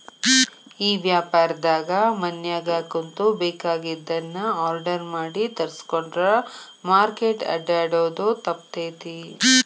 ಈ ವ್ಯಾಪಾರ್ದಾಗ ಮನ್ಯಾಗ ಕುಂತು ಬೆಕಾಗಿದ್ದನ್ನ ಆರ್ಡರ್ ಮಾಡಿ ತರ್ಸ್ಕೊಂಡ್ರ್ ಮಾರ್ಕೆಟ್ ಅಡ್ಡ್ಯಾಡೊದು ತಪ್ತೇತಿ